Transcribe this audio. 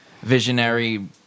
visionary